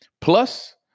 Plus